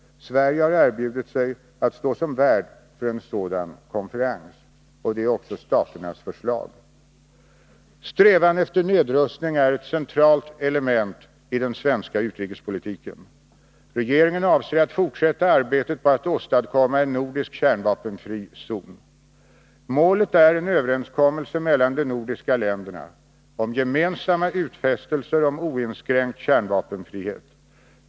Sverige har erbjudit sig att stå som värd för en sådan konferens. Det är också NN-staternas förslag. Strävan efter nedrustning är ett centralt element i den svenska utrikespolitiken. Regeringen avser att fortsätta arbetet på att åstadkomma en nordisk kärnvapenfri zon. Målet är en överenskommelse mellan de nordiska länderna om gemensamma utfästelser om oinskränkt kärnvapenfrihet.